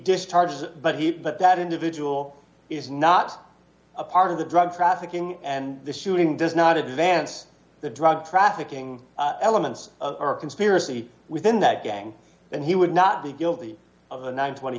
discharges but he but that individual is not a part of the drug trafficking and the shooting does not advance the drug trafficking elements of conspiracy within that gang and he would not be guilty of a nine